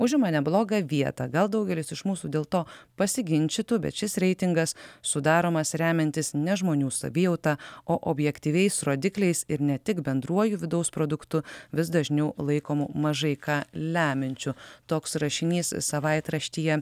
užima neblogą vietą gal daugelis iš mūsų dėl to pasiginčytų bet šis reitingas sudaromas remiantis ne žmonių savijauta o objektyviais rodikliais ir ne tik bendruoju vidaus produktu vis dažniau laikomu mažai ką lemiančiu toks rašinys savaitraštyje